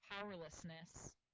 powerlessness